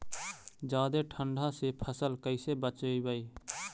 जादे ठंडा से फसल कैसे बचइबै?